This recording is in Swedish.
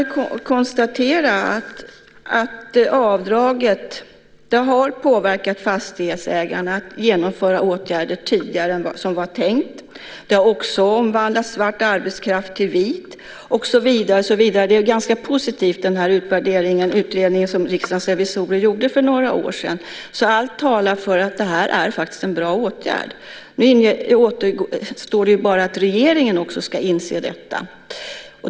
Där konstaterar man att avdragen har påverkat fastighetsägarna när det gäller att vidta åtgärder tidigare än vad som var tänkt. Det har också omvandlat svart arbetskraft till vit och så vidare. Den utredning, utvärdering, som Riksdagens revisorer gjorde för några år sedan är ganska positiv. Allt talar därför för att det här faktiskt är en bra åtgärd. Nu återstår det bara att regeringen också ska inse detta.